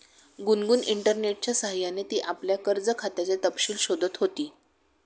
गुनगुन इंटरनेटच्या सह्याने ती आपल्या कर्ज खात्याचे तपशील शोधत होती